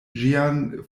ĝian